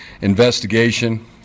investigation